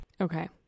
Okay